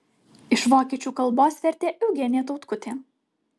iš vokiečių kalbos vertė eugenija tautkutė